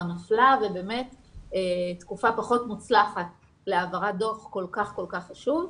נפלה ובאמת תקופה פחות מוצלחת להעברת דו"ח כל כך חשוב.